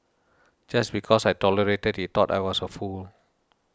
just because I tolerated he thought I was a fool